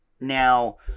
Now